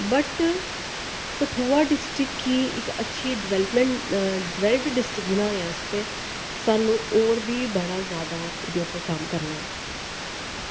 but Kathua district कि इक् अच्छी डेवलपमेंट डेवलप्ड डिस्ट्रिक्ट बनाने आस्तै सानूं होर बी बड़ा जैदा एह्दे उप्पर कम्म करना